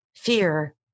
Fear